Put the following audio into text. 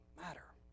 matter